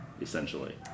essentially